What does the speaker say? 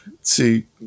See